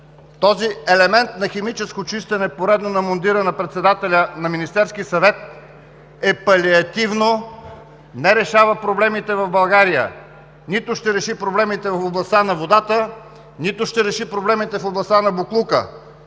този елемент на поредно химическо чистене на мундира на председателя на Министерския съвет, е палиативно и не решава проблемите в България – нито ще реши проблемите в областта на водата, нито ще реши проблемите в областта на боклука.